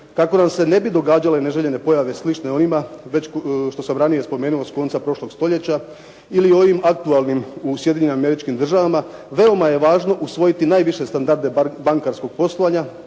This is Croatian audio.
kako nam se ne bi događale neželjene pojave slične onima već što sam ranije spomenuo s konca prošlog stoljeća ili ovim aktualnim u Sjedinjenim Američkim Državama veoma je važno usvojiti najviše standarde bankarskog poslovanja